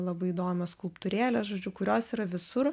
labai įdomios skulptūrėlės žodžiu kurios yra visur